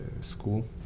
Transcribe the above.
school